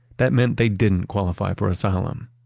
that meant they didn't qualify for asylum.